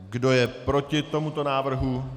Kdo je proti tomuto návrhu?